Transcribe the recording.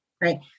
right